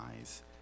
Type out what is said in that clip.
eyes